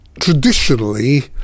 Traditionally